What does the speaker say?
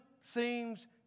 seems